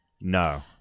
No